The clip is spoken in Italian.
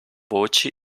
voci